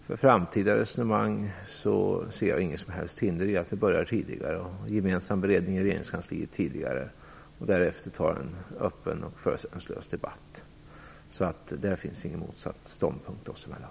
För framtida resonemang ser jag inget som helst hinder i att vi börjar med en gemensam beredning i regeringskansliet tidigare och därefter har en öppen och förutsättningslös debatt. Där finns ingen motsatt ståndpunkt oss emellan.